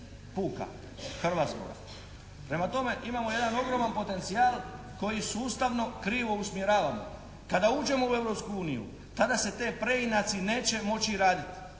puka, hrvatskoga. Prema tome, imamo jedan ogroman potencijal koji sustavno krivo usmjeravamo. Kada uđemo u Europsku uniji, tada se te preinaci neće moći raditi.